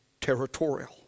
territorial